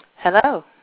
Hello